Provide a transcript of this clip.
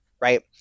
right